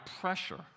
pressure